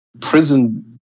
prison